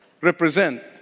represent